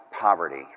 poverty